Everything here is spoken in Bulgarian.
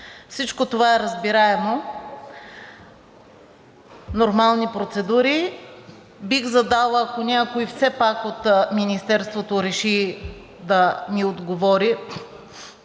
Всичко това е разбираемо, нормални процедури. Бих задала въпрос, ако някой все пак от Министерството реши да ни отговори.